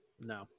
No